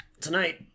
Tonight